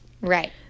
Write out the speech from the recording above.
right